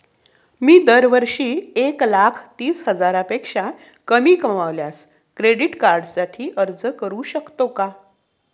मी दरवर्षी एक लाख तीस हजारापेक्षा कमी कमावल्यास क्रेडिट कार्डसाठी अर्ज करू शकतो का?